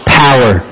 power